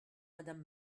madame